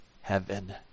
heaven